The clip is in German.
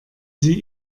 sie